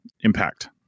impact